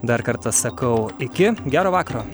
dar kartą sakau iki gero vakaro